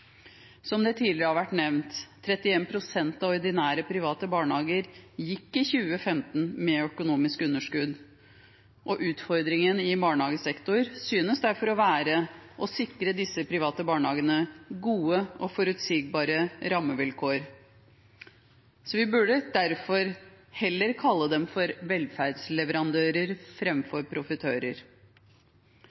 Som det tidligere har vært nevnt, 31 pst. av ordinære private barnehager gikk i 2015 med økonomisk underskudd, og utfordringen i barnehagesektoren synes derfor å være å sikre disse private barnehagene gode og forutsigbare rammevilkår. Så vi burde derfor heller kalle dem for